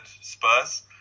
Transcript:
Spurs